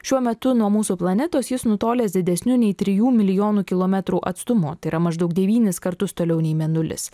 šiuo metu nuo mūsų planetos jis nutolęs didesniu nei trijų milijonų kilometrų atstumu tai yra maždaug devynis kartus toliau nei mėnulis